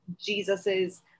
jesus's